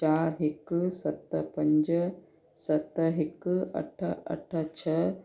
चार हिकु सत पंज सत हिकु अठ अठ छह